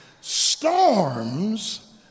storms